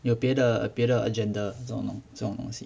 有别的别的 agenda 这种这种东西